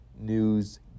news